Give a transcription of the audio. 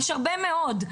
יש הרבה מאוד.